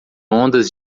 ondas